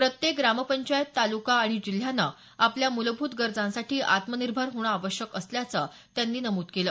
प्रत्येक ग्रामपंचायत तालुका आणि जिल्ह्यानं आपल्या मूलभूत गरजांसाठी आत्मनिर्भर होणं आवश्यक असल्याचं त्यांनी नमूद केलं